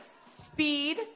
Speed